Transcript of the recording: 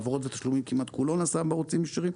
העברות ותשלומים כמעט כולו נעשה בערוצים ישירים.